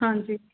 ਹਾਂਜੀ